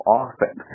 often